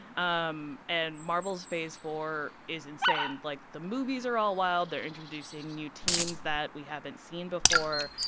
um and marvel's phase four is insane. like, the movies are all wild. they're introducing new teams that we haven't seen before.